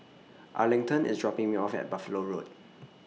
Arlington IS dropping Me off At Buffalo Road